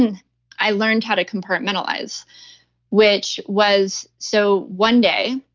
and i learned how to compartmentalize which was, so one day,